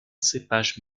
cépage